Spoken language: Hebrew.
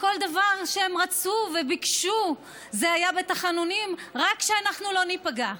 וכל דבר שהם רצו וביקשו זה היה בתחנונים: רק שאנחנו לא ניפגע.